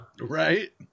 Right